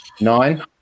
Nine